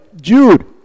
Jude